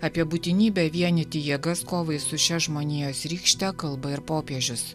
apie būtinybę vienyti jėgas kovai su šia žmonijos rykšte kalba ir popiežius